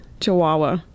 chihuahua